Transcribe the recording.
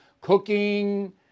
cooking